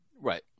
Right